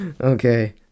okay